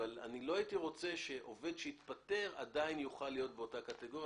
אבל לא הייתי רוצה שעובד שהתפטר עדיין יוכל להיות באותה קטגוריה,